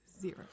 zero